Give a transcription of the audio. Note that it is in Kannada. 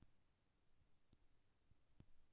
ಚಿಕ್ಕಿನ ಸ್ಟೇಟಸ್ ಬಗ್ಗೆ ಬ್ಯಾಂಕ್ ಮ್ಯಾನೇಜರನಿಂದ ಮಾಹಿತಿ ಪಡಿಬೋದು